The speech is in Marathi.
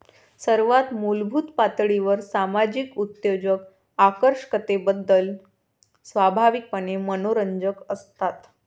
सर्वात मूलभूत पातळीवर सामाजिक उद्योजक आकर्षकतेबद्दल स्वाभाविकपणे मनोरंजक असतात